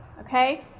okay